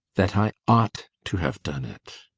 that i ought to have done it.